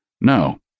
No